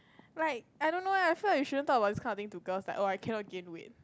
like I don't know eh I feel like you shouldn't talk about this kind of things to girls like oh I cannot gain weight